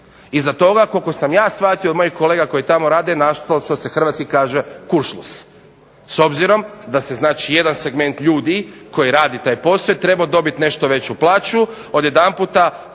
Iza toga koliko sam ja shvatio od mojih kolega koji tamo rade na što se hrvatski kaže kuršlus s obzirom da se znači jedan segment ljudi koji radi taj posel trebao dobiti nešto veću plaću. Odjedanputa